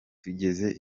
tugeze